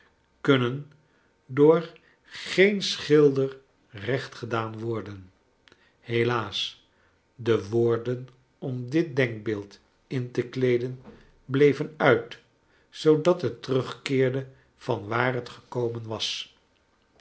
kunnen door geen schilder recht gedaan worden helaas de woorden om dit denkbeeld in te kleeden bleven uit zoodat het terugkeerde van waar het gekomen was